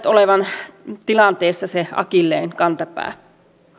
olevan tilanteessa se akilleenkantapää